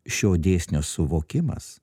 šio dėsnio suvokimas